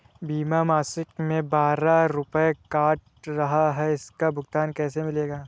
बीमा मासिक में बारह रुपय काट रहा है इसका भुगतान कैसे मिलेगा?